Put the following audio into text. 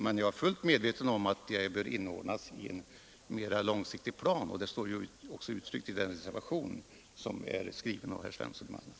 Men jag är fullt medveten om att åtgärderna bör inordnas i en mer långsiktig plan, och det uttrycks också i den reservation som har avgivits av herr Svensson i Malmö.